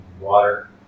water